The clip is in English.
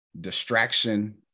distraction